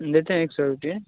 देते हैं एक सौ रुपए